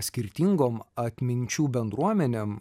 skirtingom atminčių bendruomenėm